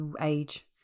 age